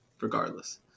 regardless